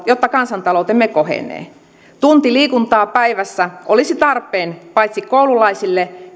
jotta kansantaloutemme kohenee tunti liikuntaa päivässä olisi tarpeen paitsi koululaisille